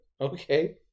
Okay